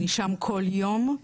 אני שם כל יום.